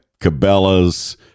Cabela's